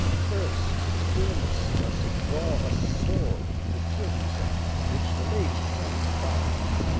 first, pyramus must draw a sword to kill himself which the ladies cannot abide.